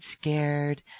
scared